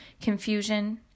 confusion